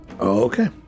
Okay